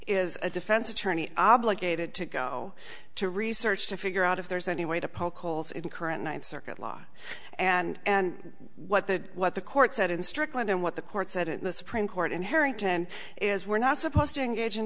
is a defense attorney obligated to go to research to figure out if there's any way to poke holes in current ninth circuit law and what the what the court said in strickland and what the court said in the supreme court in harrington is we're not supposed to engage in